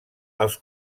als